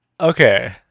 Okay